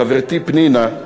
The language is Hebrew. חברתי פנינה,